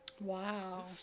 Wow